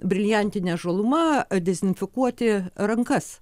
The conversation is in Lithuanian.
briliantine žaluma dezinfekuoti rankas